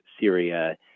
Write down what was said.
Syria